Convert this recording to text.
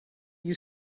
you